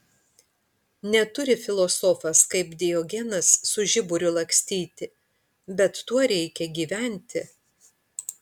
neturi filosofas kaip diogenas su žiburiu lakstyti bet tuo reikia gyventi